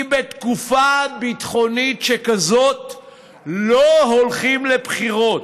כי בתקופה ביטחונית שכזאת לא הולכים לבחירות,